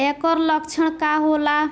ऐकर लक्षण का होला?